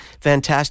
fantastic